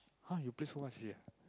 !huh! you play so much already ah